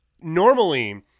normally